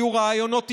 היו רעיונות עוועים.